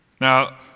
Now